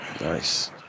Nice